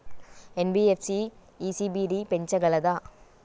NBFC ECB ని పెంచగలదా?